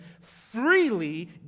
freely